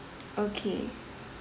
okay